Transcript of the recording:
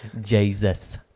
Jesus